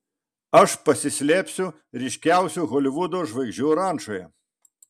aš pasislėpsiu ryškiausių holivudo žvaigždžių rančoje